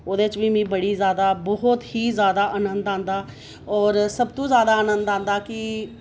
ओह्दे च बी मिगी बड़ी जैदा बहुत ही जैदा अनंद आंदा और सब तूं जैदा आनंद आंदा कि